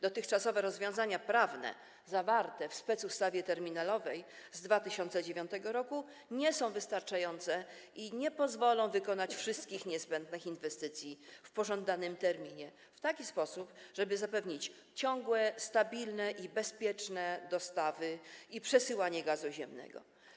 Dotychczasowe rozwiązania prawne zawarte w specustawie terminalowej z 2009 r. nie są wystarczające i nie pozwolą wykonać wszystkich niezbędnych inwestycji w pożądanym terminie w taki sposób, żeby zapewnić ciągłe, stabilne i bezpieczne dostawy oraz przesyłanie gazu ziemnego.